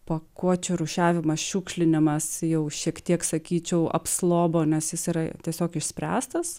pakuočių rūšiavimas šiukšlinimas jau šiek tiek sakyčiau apslobo nes jis yra tiesiog išspręstas